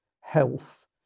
health